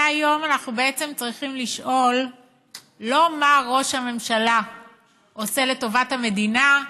מהיום אנחנו בעצם צריכים לשאול לא מה ראש הממשלה עושה לטובת המדינה,